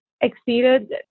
exceeded